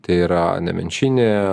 tai yra nemenčinė